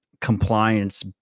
compliance